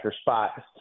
spot